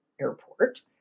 Airport